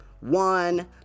one